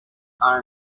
are